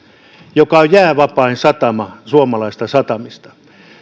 joka on jäävapain satama suomalaisista satamista